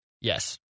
Yes